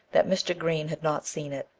that mr. green had not seen it.